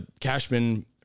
Cashman